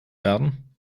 werden